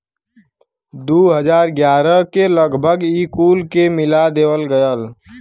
दू हज़ार ग्यारह के लगभग ई कुल के मिला देवल गएल